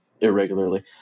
irregularly